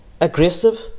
aggressive